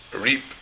reap